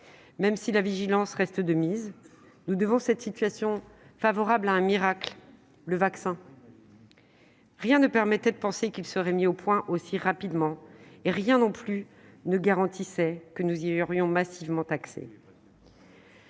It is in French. Même si la vigilance reste de mise, nous devons cette situation favorable à un miracle : le vaccin. Rien ne permettait de penser que celui-ci serait mis au point aussi rapidement et rien ne garantissait non plus que nous y aurions massivement accès.